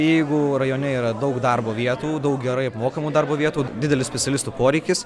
jeigu rajone yra daug darbo vietų daug gerai apmokamų darbo vietų didelis specialistų poreikis